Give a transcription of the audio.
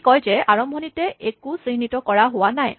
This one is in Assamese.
ই কয় যে আৰম্ভণিতে একো চিহ্নিত কৰা হোৱা নাই